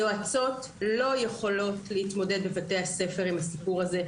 היועצות לא יכולות להתמודד בבתי הספר עם הסיפור הזה,